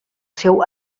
seu